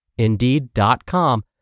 Indeed.com